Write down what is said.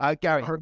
Gary